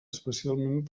especialment